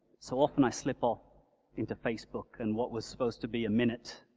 so often i slip off into facebook and what was supposed to be a minute,